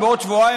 או בעוד שבועיים,